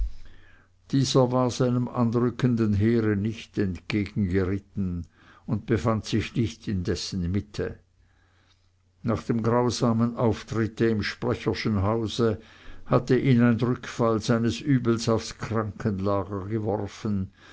dieser war seinem anrückenden heere nicht entgegengeritten und befand sich nicht in dessen mitte nach dem grausamen auftritte im sprecherschen hause hatte ihn ein rückfall seines übels aufs krankenlager geworfen